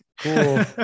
cool